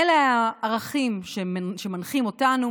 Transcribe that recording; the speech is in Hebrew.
אלה הערכים שמנחים אותנו,